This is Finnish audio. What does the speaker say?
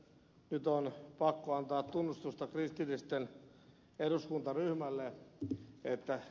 nyt on pakko antaa tunnustusta kristillisten eduskuntaryhmälle ja ed